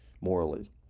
morally